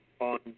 on